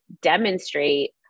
demonstrate